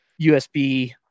USB